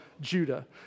Judah